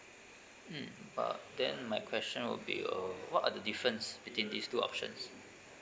mm uh then my question will be uh what are the difference between these two options